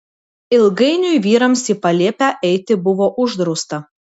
ilgainiui vyrams į palėpę eiti buvo uždrausta